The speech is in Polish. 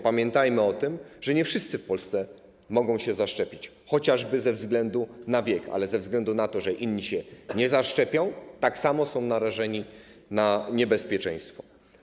Pamiętajmy o tym, że nie wszyscy w Polsce mogą się zaszczepić, chociażby ze względu na wiek, ale ze względu na to, że inni się nie zaszczepią, tak samo są narażeni na niebezpieczeństwo.